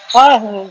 oh uh